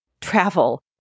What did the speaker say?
travel